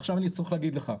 עכשיו אני צריך להגיד לך,